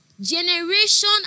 generation